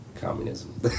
Communism